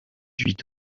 huit